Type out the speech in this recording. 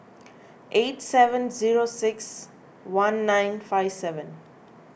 eight seven zero six one nine five seven